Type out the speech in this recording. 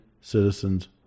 citizens